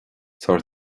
fearr